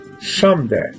someday